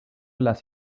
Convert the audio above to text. las